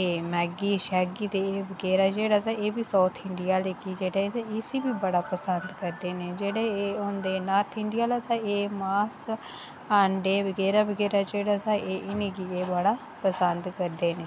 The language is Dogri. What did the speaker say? एह् मैगी ते जेह्ड़ा तां इसी बी साूथ इंडिया आह्ले बड़ा पसंद करदे न ते जेह्ड़े एह् होंदे नार्थ इंडिया आह्ले एह् मास अंडे बगैरा बगैरा तां इ'नेंगी एह् बड़ा पसंद करदे न